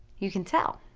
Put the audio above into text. you can tell?